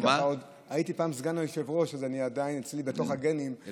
אז זה עדיין אצלי בתוך הגנים להקפיד על,